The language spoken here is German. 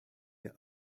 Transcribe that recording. der